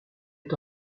est